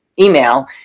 Email